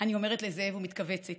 אני אומרת לזאב ומתכווצת.